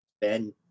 Ben